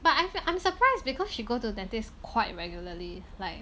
but I'm I'm surprised because she go to dentist quite regularly like